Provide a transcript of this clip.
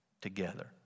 together